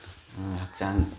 ꯍꯛꯆꯥꯡ